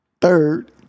Third